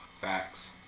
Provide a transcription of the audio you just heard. Facts